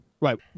Right